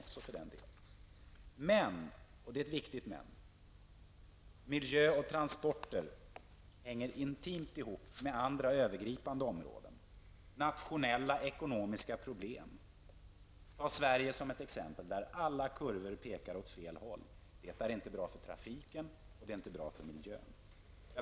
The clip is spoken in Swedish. Men, och det är ett viktigt men, miljö och transporter hänger intimt ihop med andra, övergripande områden och nationella ekonomiska problem. Ta Sverige som ett exempel. Alla kurvor pekar åt fel håll. Det är inte bra för trafiken, det är inte bra för miljön.